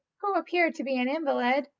who appeared to be an invalid,